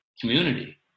community